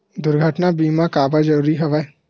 दुर्घटना बीमा काबर जरूरी हवय?